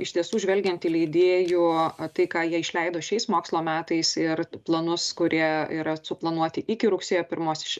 iš tiesų žvelgiant į leidėjų tai ką jie išleido šiais mokslo metais ir planus kurie yra suplanuoti iki rugsėjo pirmosios